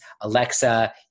Alexa